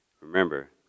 remember